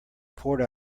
poured